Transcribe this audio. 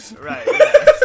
Right